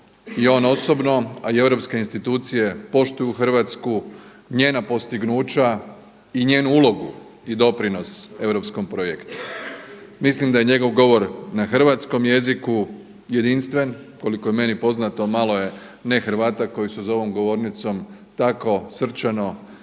i on osobno a i europske institucije poštuju Hrvatsku, njena postignuća i njenu ulogu i doprinos europskom projektu. Mislim da je njegov govor na hrvatskom jeziku jedinstven. Koliko je meni poznato malo je ne Hrvata koji su za ovom govornicom tako srčano i tako